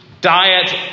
diet